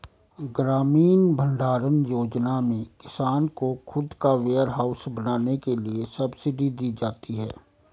ग्रामीण भण्डारण योजना में किसान को खुद का वेयरहाउस बनाने के लिए सब्सिडी दी जाती है